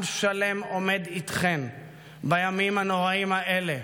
עם שלם עומד איתכם בימים הנוראיים האלה.